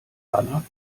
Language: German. banner